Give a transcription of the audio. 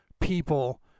people